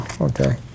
Okay